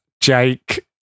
Jake